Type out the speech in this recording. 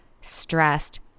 stressed